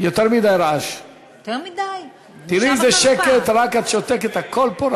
עליזה בראשי,